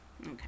Okay